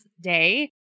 day